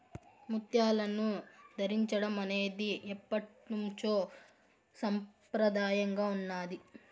ముత్యాలను ధరించడం అనేది ఎప్పట్నుంచో సంప్రదాయంగా ఉన్నాది